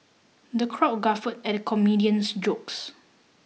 the crowd guffawed at the comedian's jokes